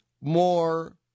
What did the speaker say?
more